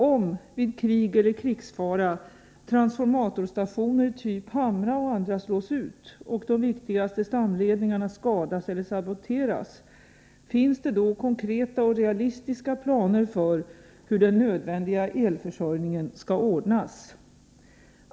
Om, vid krig eller krigsfara, transformatorstationer typ Hamra och andra slås ut och de viktigaste stamledningarna skadas eller saboteras, finns det då konkreta och realistiska planer för hur den nödvändiga elförsörjningen skall ordnas? 4.